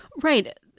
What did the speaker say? Right